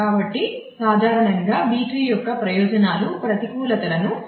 కాబట్టి సాధారణంగా B tree యొక్క ప్రయోజనాలు ప్రతికూలతలను అధిగమించవు